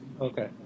Okay